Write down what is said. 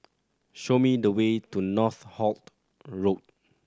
show me the way to Northolt Road